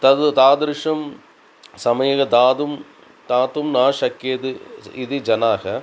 तद् तादृशं समयं दातुं तातुं न शक्यते इति जनाः